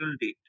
date